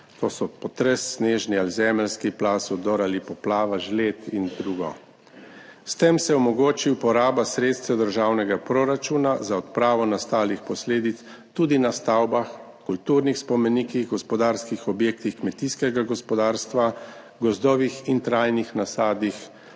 To so potres, snežni ali zemeljski plaz, vdor ali poplava, žled in drugo. S tem se omogoči uporaba sredstev državnega proračuna za odpravo nastalih posledic tudi na stavbah, kulturnih spomenikih, gospodarskih objektih kmetijskega gospodarstva, v gozdovih in trajnih nasadih